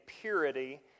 purity